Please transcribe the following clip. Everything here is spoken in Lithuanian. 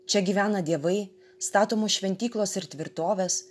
čia gyvena dievai statomos šventyklos ir tvirtovės